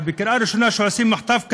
אבל בקריאה ראשונה שעושים מחטף כזה,